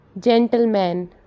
Gentleman